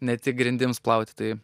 ne tik grindims plauti tai